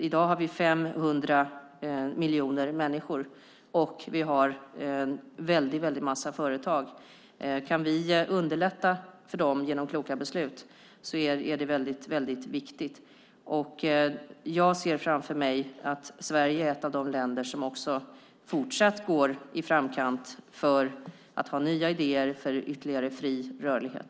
I dag är vi 500 miljoner människor, och det finns en massa företag. Om vi kan underlätta för dem genom kloka beslut är det väldigt bra. Jag ser framför mig att Sverige är ett av de länder som fortsatt är i framkant när det gäller att ha nya idéer för ytterligare fri rörlighet.